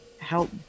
help